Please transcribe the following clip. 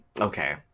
okay